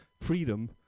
freedom